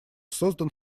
создан